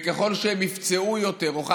וככל שהם נפצעו יותר או,